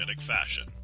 fashion